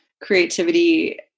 creativity